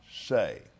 say